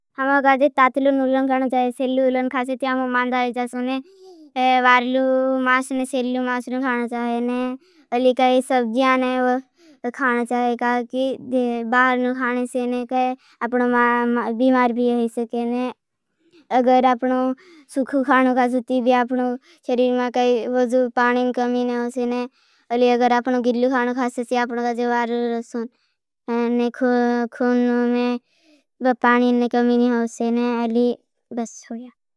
हमाँ गाजे तातलो नुलन खाना चाहे। सेल्लो नुलन खासे ती आमों मान दाये। जासों ने वारलो मास ने सेल्लो मास नो खाना चाहे ने। अली काई सब्जियान ने खाना चाहे। काकि बाहर नो खाने से ने काई आपनो बीमार भी होई सके ने। अगर आपनो सुख खाना खासे ती भी। आपनो चरीर में काई बदू पानीन कमीन होसे ने अली। अगर आपनो गिल्लू खाना खासे ती। आपनो गाजे वारलो सोन ने खोननो ने पानीन कमीन होसे ने अली बस होया।